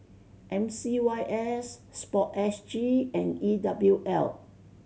M C Y S Sport S G and E W L